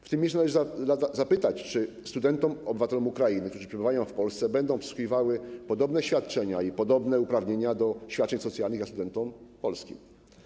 W tym miejscu należy zapytać, czy studentom, obywatelom Ukrainy, którzy przebywają w Polsce, będą przysługiwały podobne świadczenia i podobne uprawnienia do świadczeń socjalnych jak studentom polskim.